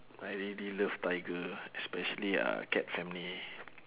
I really love tiger especially uh cat family